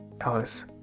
Alice